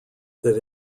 that